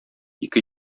ике